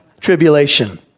tribulation